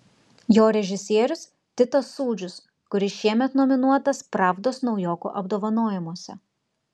jo režisierius titas sūdžius kuris šiemet nominuotas pravdos naujokų apdovanojimuose